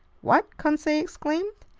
what! conseil exclaimed.